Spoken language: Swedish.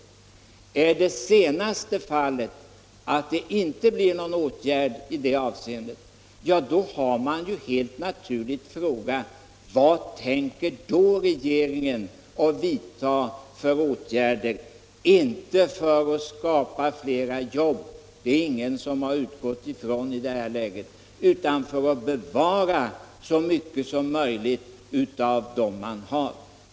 Blir det inga åtgärder i det här avseendet reser sig helt naturligt frågan: Vilka åtgärder tänker regeringen då vidta — inte för att skapa fler jobb, det har ingen utgått från i detta läge, utan för att bevara så många som möjligt av dem som finns?